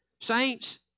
Saints